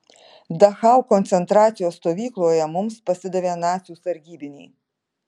dachau koncentracijos stovykloje mums pasidavė nacių sargybiniai